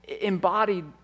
embodied